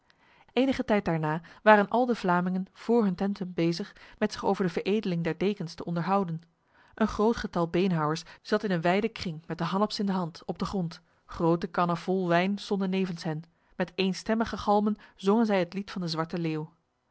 enige tijd daarna waren al de vlamingen voor hun tenten bezig met zich over de veredeling der dekens te onderhouden een groot getal beenhouwers zat in een wijde kring met de hanaps in de hand op de grond grote kannen vol wijn stonden nevens hen met eenstemmige galmen zongen zij het lied van de zwarte leeuw